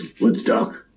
Woodstock